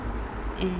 mm